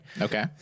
Okay